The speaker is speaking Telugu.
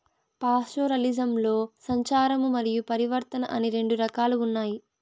పాస్టోరలిజంలో సంచారము మరియు పరివర్తన అని రెండు రకాలు ఉన్నాయి